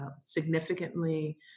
significantly